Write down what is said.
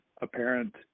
apparent